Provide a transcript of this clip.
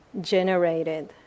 generated